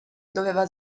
doveva